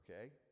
Okay